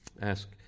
Ask